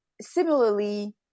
similarly